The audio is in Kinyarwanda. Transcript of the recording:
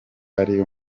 ari